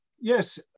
Yes